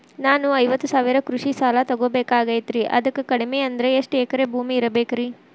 ನಾನು ಐವತ್ತು ಸಾವಿರ ಕೃಷಿ ಸಾಲಾ ತೊಗೋಬೇಕಾಗೈತ್ರಿ ಅದಕ್ ಕಡಿಮಿ ಅಂದ್ರ ಎಷ್ಟ ಎಕರೆ ಭೂಮಿ ಇರಬೇಕ್ರಿ?